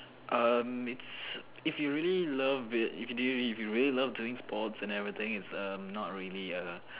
um it's if you really love it you can do if you really doing sports and everything it's um not really a